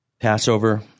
Passover